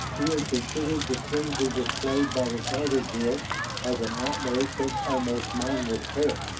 he had considered the frenzy displayed by the tatar girl as an outburst of almost mindless terror.